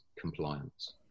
compliance